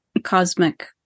cosmic